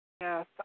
Yes